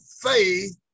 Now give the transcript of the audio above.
faith